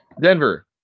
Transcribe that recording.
Denver